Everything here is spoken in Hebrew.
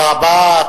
תודה רבה.